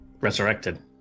resurrected